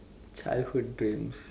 childhood dreams